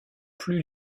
plus